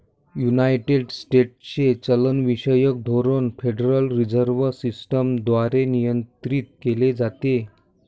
United स्टेट्सचे चलनविषयक धोरण फेडरल रिझर्व्ह सिस्टम द्वारे नियंत्रित केले जाते